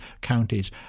counties